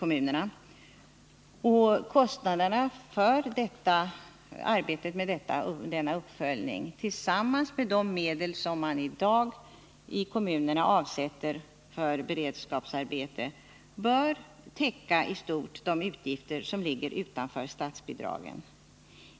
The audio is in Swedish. Medlen för arbetet med denna uppföljning och de medel som kommunerna i dag avsätter för beredskapsarbeten bör i stort täcka de utgifter som ligger utanför statsbidragen.